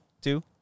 two